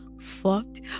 fucked